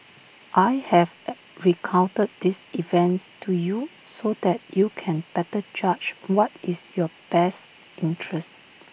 I have A recounted these events to you so that you can better judge what is in your best interests